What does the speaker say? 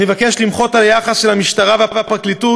אני מבקש למחות על היחס של המשטרה והפרקליטות